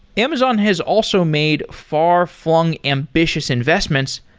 amazon has also made far-flung ambitious investments,